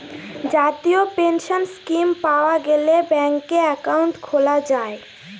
জাতীয় pension scheme পাওয়া গেলে ব্যাঙ্কে একাউন্ট খোলা যায়